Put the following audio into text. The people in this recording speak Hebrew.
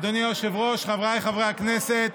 אדוני היושב-ראש, חבריי חברי הכנסת,